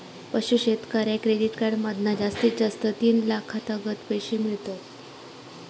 पशू शेतकऱ्याक credit card मधना जास्तीत जास्त तीन लाखातागत पैशे मिळतत